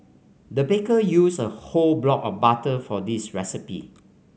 the baker used a whole block of butter for this recipe